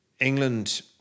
England